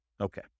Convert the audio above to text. Okay